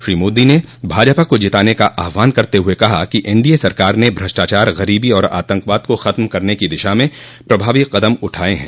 श्री मोदी ने भाजपा को जिताने का आह्वान करते हुए कहा कि एनडीए सरकार ने भ्रष्टाचार गरीबी और आतंकवाद को खत्म करने की दिशा में प्रभावी कदम उठाये ह